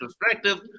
perspective